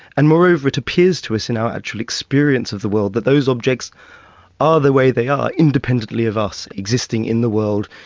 and moreover it appears to us in our actual experience of the world that those objects are the way they are, independently of us existing in the world,